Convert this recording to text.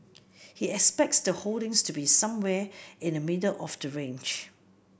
he expects the holdings to be somewhere in the middle of the range